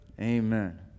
Amen